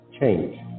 Change